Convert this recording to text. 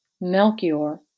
Melchior